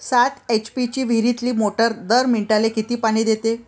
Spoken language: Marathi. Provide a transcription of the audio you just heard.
सात एच.पी ची विहिरीतली मोटार दर मिनटाले किती पानी देते?